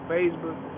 Facebook